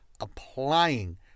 applying